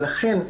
ולכן,